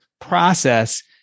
process